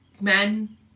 men